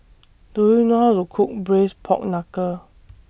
Do YOU know How to Cook Braised Pork Knuckle